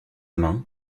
main